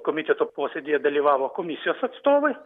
komiteto posėdyje dalyvavo komisijos atstovai